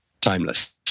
timeless